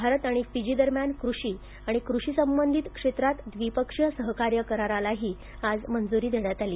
भारत आणि फिजी दरम्यान कृषी आणि कृषीसंबंधित क्षेत्रांत द्विपक्षीय सहकार्य करारालाही आज मंजुरी देण्यात आली